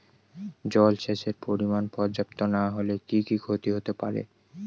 জলসেচের পরিমাণ পর্যাপ্ত না হলে কি কি ক্ষতি হতে পারে?